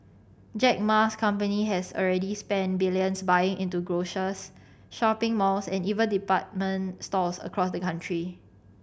Jack Ma's company has already spent billions buying into grocers shopping malls and even department stores across the country